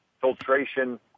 filtration